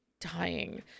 dying